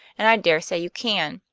and i dare say you can.